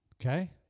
Okay